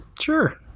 Sure